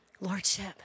lordship